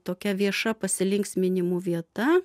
tokia vieša pasilinksminimų vieta